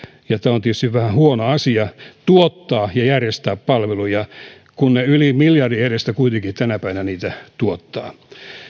ja on tietysti vähän huono asia tuottaa ja järjestää palveluja kun ne yli miljardin edestä kuitenkin tänä päivänä niitä tuottavat